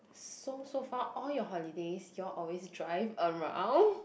so so far all your holidays you all always drive around